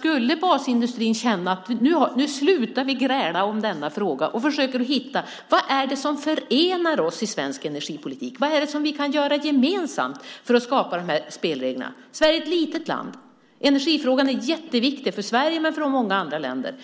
Skulle basindustrin känna att nu slutar vi gräla om denna fråga och försöker hitta vad som förenar oss i svensk energipolitik, då är vi villiga att diskutera vad vi kan göra gemensamt för att skapa de här spelreglerna. Sverige är ett litet land. Energifrågan är jätteviktig för Sverige men också för många andra länder.